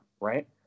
right